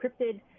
encrypted